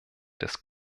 des